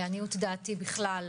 לעניות דעתי בכלל,